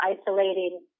isolating